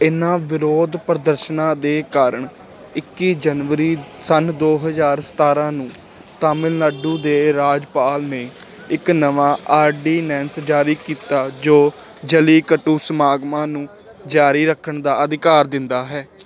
ਇਹਨਾਂ ਵਿਰੋਧ ਪ੍ਰਦਰਸ਼ਨਾਂ ਦੇ ਕਾਰਨ ਇੱਕੀ ਜਨਵਰੀ ਸੰਨ ਦੋ ਹਜ਼ਾਰ ਸਤਾਰਾਂ ਨੂੰ ਤਾਮਿਲਨਾਡੂ ਦੇ ਰਾਜਪਾਲ ਨੇ ਇੱਕ ਨਵਾਂ ਆਰਡੀਨੈਂਸ ਜਾਰੀ ਕੀਤਾ ਜੋ ਜਲੀਕੱਟੂ ਸਮਾਗਮਾਂ ਨੂੰ ਜਾਰੀ ਰੱਖਣ ਦਾ ਅਧਿਕਾਰ ਦਿੰਦਾ ਹੈ